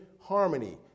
harmony